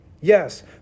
Yes